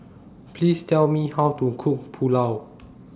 Please Tell Me How to Cook Pulao